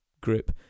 group